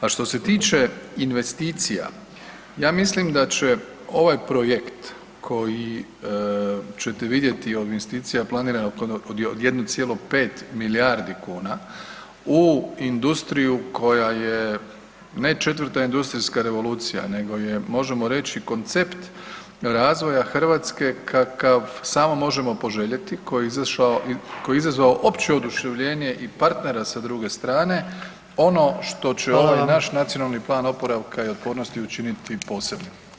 A što se tiče investicija, ja mislim da će ovaj projekt koji ćete vidjeti … investicija planirano od 1,5 milijardi kuna u industriju koja je ne 4.industrijska revolucija nego je možemo reći koncept razvoja Hrvatske kakav samo možemo poželjeti, koje je izazvao opće oduševljenje i partnera sa druge strane, ono što će ovaj naš Nacionalni plan oporavka otpornosti učiniti posebnim.